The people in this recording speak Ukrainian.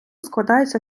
складаються